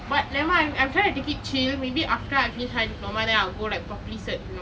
but never mind I'm trying to take it chill maybe after I finish my diploma then I'll go like properly search you know